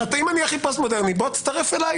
אם אני הכי פוסט-מודרני, בוא תצטרף אליי.